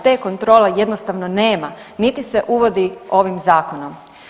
Te kontrole jednostavno nema niti se uvodi ovim zakonom.